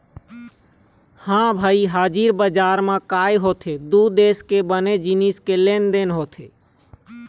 ह भई हाजिर बजार म काय होथे दू देश के बने जिनिस के लेन देन होथे